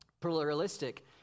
Pluralistic